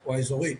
או האזורית.